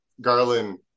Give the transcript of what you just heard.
garland